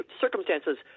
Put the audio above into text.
circumstances